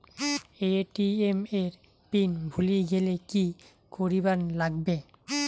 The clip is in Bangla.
এ.টি.এম এর পিন ভুলি গেলে কি করিবার লাগবে?